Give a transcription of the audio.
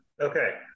Okay